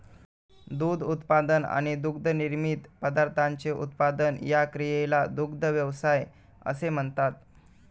दूध उत्पादन आणि दुग्धनिर्मित पदार्थांचे उत्पादन या क्रियेला दुग्ध व्यवसाय असे म्हणतात